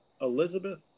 Elizabeth